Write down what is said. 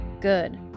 good